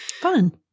Fun